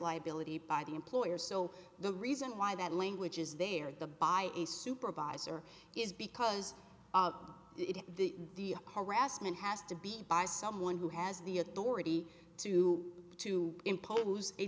liability by the employer so the reason why that language is there the by a supervisor is because it is the harassment has to be by someone who has the authority to to impose a